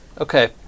Okay